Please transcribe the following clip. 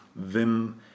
Wim